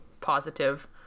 positive